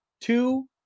Two